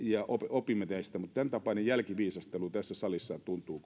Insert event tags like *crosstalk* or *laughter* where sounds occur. opimme näistä mutta tämäntapainen jälkiviisastelu tässä salissa tuntuu *unintelligible*